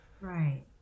Right